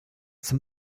zum